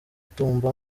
tumba